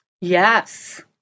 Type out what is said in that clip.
Yes